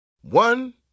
One